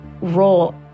role